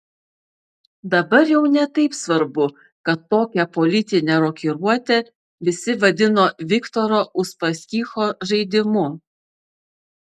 dabar jau ne taip svarbu kad tokią politinę rokiruotę visi vadino viktoro uspaskicho žaidimu